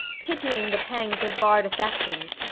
pitying the pangs of barr'd affections,